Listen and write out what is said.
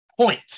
point